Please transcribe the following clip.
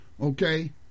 okay